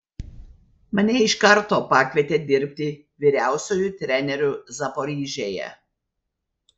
mane iš karto pakvietė dirbti vyriausiuoju treneriu zaporižėje